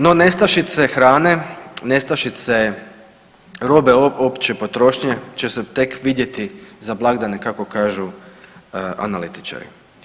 No, nestašice hrane, nestašice robe opće potrošnje će se tek vidjeti za blagdane kako kažu analitičari.